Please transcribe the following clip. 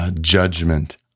judgment